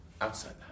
outside